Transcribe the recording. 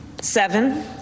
Seven